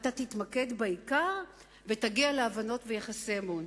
תתמקד בעיקר ותגיע להבנות וליחסי אמון.